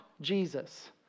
Jesus